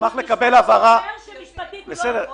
נשמח לקבל הבהרה --- הוא אומר שמשפטית הוא לא יכול,